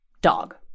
dog